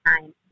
time